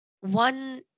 one